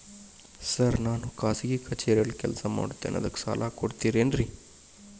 Sir ನಾನು ಖಾಸಗಿ ಕಚೇರಿಯಲ್ಲಿ ಕೆಲಸ ಮಾಡುತ್ತೇನೆ ಅದಕ್ಕೆ ಸಾಲ ಕೊಡ್ತೇರೇನ್ರಿ?